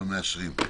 אבל מאשרים.